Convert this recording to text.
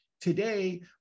Today